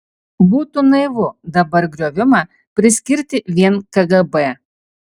būtų naivu dabar griovimą priskirti vien kgb